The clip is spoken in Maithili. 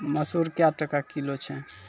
मसूर क्या टका किलो छ?